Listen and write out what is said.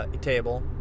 table